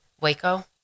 Waco